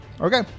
Okay